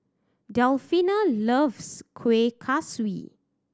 Delfina loves Kueh Kaswi